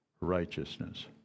Righteousness